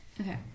Okay